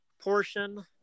portion